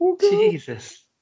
Jesus